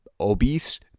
obese